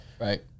Right